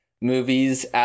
movies